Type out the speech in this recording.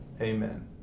amen